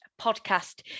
podcast